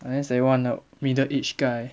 unless they want a middle age guy